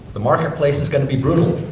the marketplace is gonna be brutal.